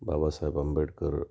Babasaheb Ambedkar